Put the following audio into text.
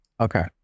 Okay